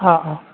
অঁ অঁ